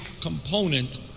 component